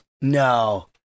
No